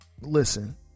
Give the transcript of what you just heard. Listen